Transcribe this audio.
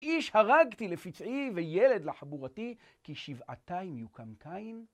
איש הרגתי לפצעי, וילד לחבורתי, כי שבעתיים יוקם קין.